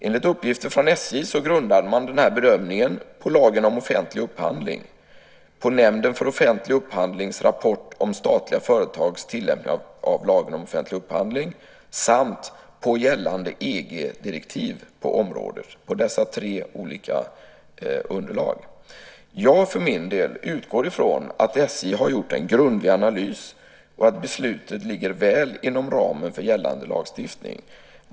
Enligt uppgifter från SJ grundade man denna bedömning på lagen om offentlig upphandling, på Nämnden för offentlig upphandlings rapport om statliga företags tillämpning av lagen om offentlig upphandling samt på gällande EG-direktiv på området. Jag utgår ifrån att SJ har gjort en grundlig analys och att beslutet ligger väl inom ramen för gällande lagstiftning.